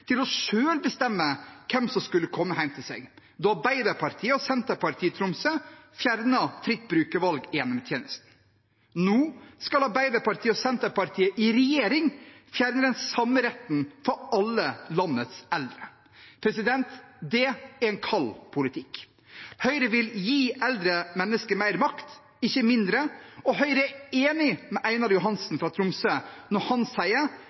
til selv å bestemme hvem som skulle komme hjem til seg, da Arbeiderpartiet og Senterpartiet i Tromsø fjernet fritt brukervalg i hjemmetjenesten. Nå skal Arbeiderpartiet og Senterpartiet i regjering fjerne den samme retten for alle landets eldre. Det er en kald politikk. Høyre vil gi eldre mennesker mer makt, ikke mindre, og Høyre er enig med Einar Johansen fra Tromsø når han sier